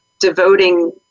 devoting